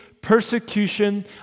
persecution